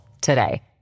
today